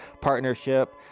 partnership